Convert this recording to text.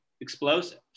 explosive